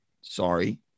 sorry